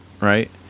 right